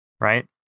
right